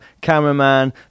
cameraman